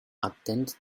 attend